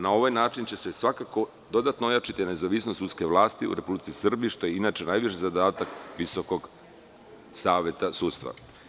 Na ovaj način će se svakako dodatno ojačati nezavisnost sudske vlasti u Republici Srbiji, što je inače najveći zadatak Visokog saveta sudstva.